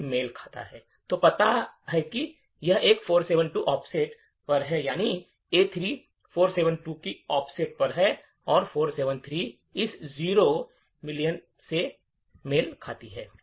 तो पता है कि यह एक 472 ऑफसेट पर है यानी A3 472 की ऑफसेट पर है और 473 इस 0 मिलियन से मेल खाती है